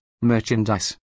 merchandise